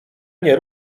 mnie